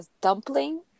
dumpling